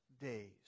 days